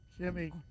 Jimmy